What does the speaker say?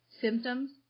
symptoms